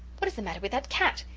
what is the matter with that cat?